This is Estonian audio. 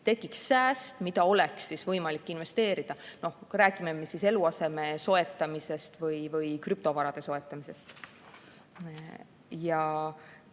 teki –, mida oleks võimalik investeerida. Räägime siis eluaseme soetamisest või krüptovarade soetamisest.